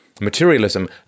materialism